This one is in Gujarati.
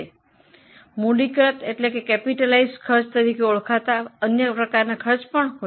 આ બધા ખર્ચને મૂડીકૃત ખર્ચ તરીકે ઓળખવામાં આવી છે